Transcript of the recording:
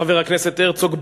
חבר הכנסת הרצוג,